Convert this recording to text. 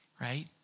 right